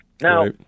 Now